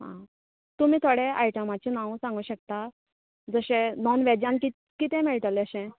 आं तुमी थोडे आयटमाचे नांवां सांगूक शकता जशें नाॅन वेजान कितें कितें मेळटलें अशें